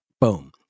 boom